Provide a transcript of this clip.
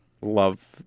love